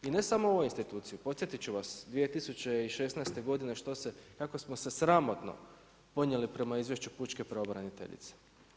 I ne samo ovu instituciju, podsjetiti ću vas, 2016. što se, kako smo se sramotno podnijeli prema izvješću pučke pravobraniteljice.